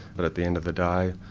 that at the end of the day,